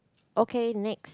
okay next